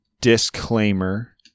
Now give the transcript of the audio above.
disclaimer